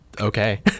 okay